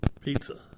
Pizza